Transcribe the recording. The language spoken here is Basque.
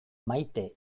maite